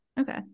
Okay